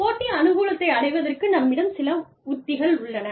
போட்டி அனுகூலத்தை அடைவதற்கு நம்மிடம் சில உத்திகள் உள்ளன